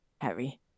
Harry